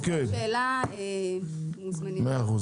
אוקיי, מאה אחוז.